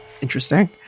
Interesting